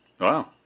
Wow